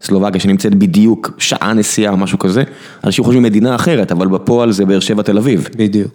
סלובקיה שנמצאת בדיוק שעה נסיעה או משהו כזה, אנשים חושבים: מדינה אחרת, אבל בפועל זה באר שבע תל אביב. -בדיוק.